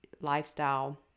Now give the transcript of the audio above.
lifestyle